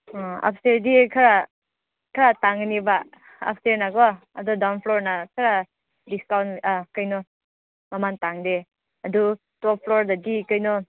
ꯑꯥ ꯎꯞꯁ꯭ꯇꯦꯌꯥꯔꯗꯤ ꯈꯔ ꯈꯔ ꯇꯥꯡꯒꯅꯤꯕ ꯎꯞꯁ꯭ꯇꯦꯌꯥꯔꯅ ꯀꯣ ꯑꯗꯣ ꯗꯥꯎꯟꯐ꯭ꯂꯣꯔꯅ ꯈꯔ ꯗꯤꯁꯀꯥꯎꯟ ꯑꯥ ꯀꯩꯅꯣ ꯃꯃꯥꯜ ꯇꯥꯡꯗꯦ ꯑꯗꯨ ꯇꯣꯞꯐ꯭ꯂꯣꯔꯗꯗꯤ ꯀꯩꯅꯣ